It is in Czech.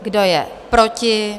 Kdo je proti?